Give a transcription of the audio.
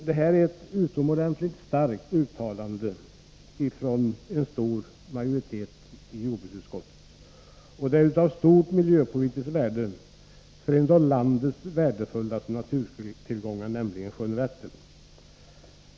Detta är ett utomordentligt starkt uttalande från en stor majoritet i jordbruksutskottet, och det är av stort miljöpolitiskt värde för en av landets värdefullaste naturtillgångar, nämligen sjön Vättern.